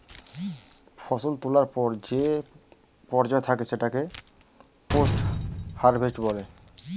ফসল তোলার পর যে পর্যায় থাকে সেটাকে পোস্ট হারভেস্ট বলে